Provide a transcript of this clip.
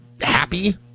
happy